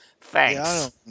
Thanks